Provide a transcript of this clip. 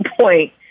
point